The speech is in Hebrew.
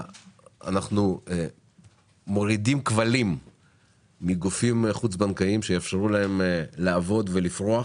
אנחנו מורידים כבלים מגופים חוץ-בנקאיים שיאפשרו להם לעבוד ולפרוח.